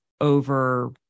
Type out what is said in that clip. over